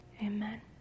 Amen